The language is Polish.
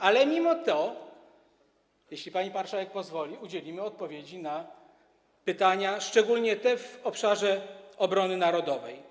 Ale mimo to, jeśli pani marszałek pozwoli, udzielimy odpowiedzi na pytania, szczególnie te dotyczące obszaru obrony narodowej.